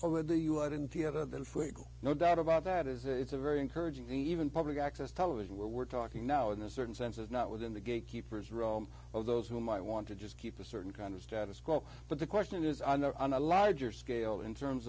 the you are in theater than football no doubt about that is it's a very encouraging and even public access television where we're talking now in a certain sense of not within the gatekeepers realm of those who might want to just keep a certain kind of status quo but the question is i know on a larger scale in terms